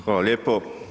Hvala lijepo.